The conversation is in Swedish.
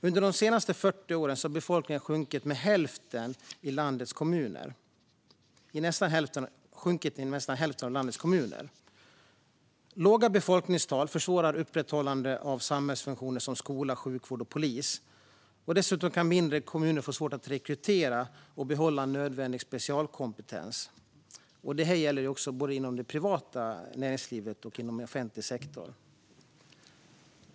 Under de senaste 40 åren har befolkningen sjunkit i nästan hälften av landets kommuner. Låga befolkningstal försvårar upprätthållandet av samhällsfunktioner som skola, sjukvård och polis. Dessutom kan mindre kommuner få svårt att rekrytera och behålla nödvändig specialistkompetens. Detta gäller både inom det privata näringslivet och inom offentlig sektor.